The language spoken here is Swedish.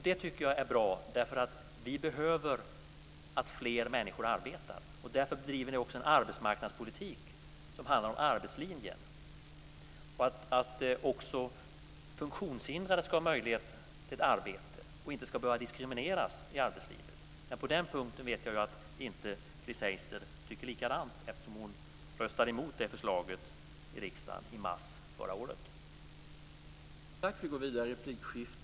Det tycker jag är bra, för vi behöver fler människor i arbete. Därför bedriver vi också en arbetsmarknadspolitik som handlar om arbetslinjen. Också funktionshindrade ska ha möjlighet till arbete och inte behöva diskrimineras i arbetslivet. På den punkten vet jag att Chris Heister inte tycker likadant, eftersom hon röstade emot det förslaget i riksdagen i mars förra året.